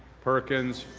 perkins,